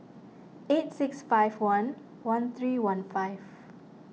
eight six five one one three one five